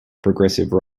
progressive